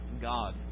God